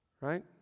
right